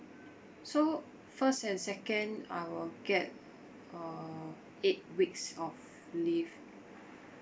so first and second I will get uh eight weeks of leave